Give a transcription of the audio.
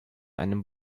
einem